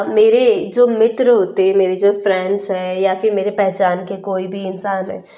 मेरे जो मित्र होते मेरे जो फ्रेंड्स हैं या फ़िर मेरे पहचान के कोई भी इंसान हैं